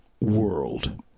world